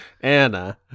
Anna